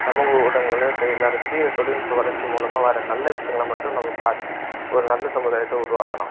சமூக ஊடகங்கள்லேயும் சேர்ந்தாலும் சரி இல்லை தொழில்நுட்ப வளர்ச்சி மூலமாக வர நல்ல விஷயங்களை மட்டும் நம்ம பார்த்து ஒரு நல்ல சமுதாயத்தை உருவாக்கலாம்